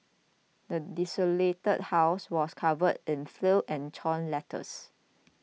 the desolated house was covered in filth and torn letters